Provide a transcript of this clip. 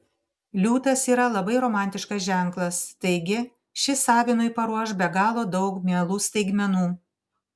liūtas yra labai romantiškas ženklas taigi šis avinui paruoš be galo daug mielų staigmenų